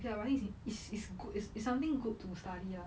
ya very is is is good it's something good to study ah